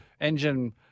engine